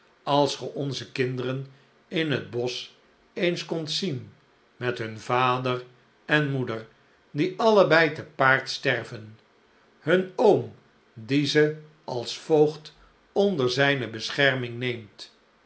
als ge onze kinderen in het bosch eens kondt zien met hun vader en moeder die allebeite paard isterven nun oom die ze als voogd onder zijne de hondsvot is onkenbaak gemaakt bescherming neemt